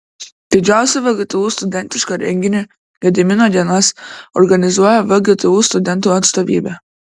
didžiausią vgtu studentišką renginį gedimino dienas organizuoja vgtu studentų atstovybė